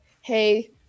Hey